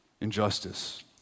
Injustice